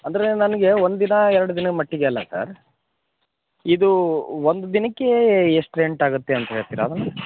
ಅಂದರೆ ನನಗೆ ಒಂದು ದಿನ ಎರಡು ದಿನ ಮಟ್ಟಿಗೆ ಅಲ್ಲ ಸರ್ ಇದು ಒಂದು ದಿನಕ್ಕೆ ಎಷ್ಟು ರೆಂಟ್ ಆಗುತ್ತೆ ಅಂತ ಹೇಳ್ತಿರಾ ಅದನ್ನು